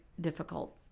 difficult